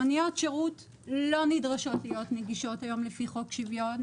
מוניות שירות לא נדרשות היום להיות נגישות לפי חוק שוויון.